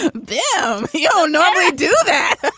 ah yeah um yeah normally you do that.